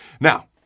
Now